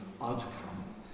outcome